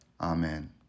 Amen